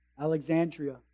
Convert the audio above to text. Alexandria